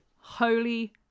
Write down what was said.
holy